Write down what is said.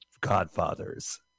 Godfathers